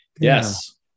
yes